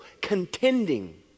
contending